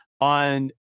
on